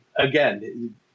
again